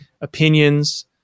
opinions